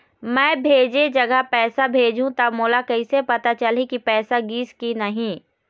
मैं भेजे जगह पैसा भेजहूं त मोला कैसे पता चलही की पैसा गिस कि नहीं?